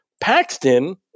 Paxton